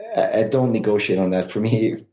i don't negotiate on that. for me,